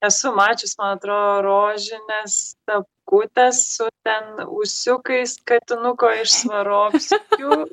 esu mačiusi man atrodo rožinės tapkutes su ten ūsiukais katinuko iš swarovskių